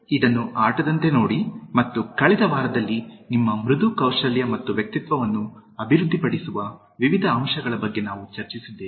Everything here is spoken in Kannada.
ಇದನ್ನು ಆಟದಂತೆ ನೋಡಿ ಮತ್ತು ಕಳೆದ ವಾರದಲ್ಲಿ ನಿಮ್ಮ ಮೃದು ಕೌಶಲ್ಯ ಮತ್ತು ವ್ಯಕ್ತಿತ್ವವನ್ನು ಅಭಿವೃದ್ಧಿಪಡಿಸುವ ವಿವಿಧ ಅಂಶಗಳ ಬಗ್ಗೆ ನಾವು ಚರ್ಚಿಸಿದ್ದೇವೆ